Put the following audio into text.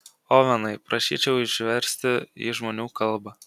ovenai prašyčiau išversti į žmonių kalbą